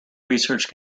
research